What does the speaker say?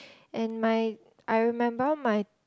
and my I remember my